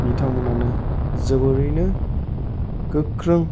बिथांमोनहानो जोबोरैनो गोख्रों